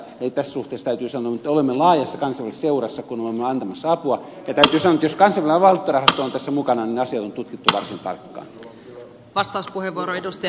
eli tässä suhteessa täytyy sanoa että olemme laajassa kansainvälisessä seurassa kun olemme antamassa apua ja täytyy sanoa että jos kansainvälinen valuuttarahasto on tässä mukana niin asiat on tutkittu varsin tarkkaan